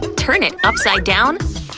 turn it upside down,